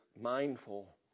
mindful